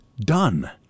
done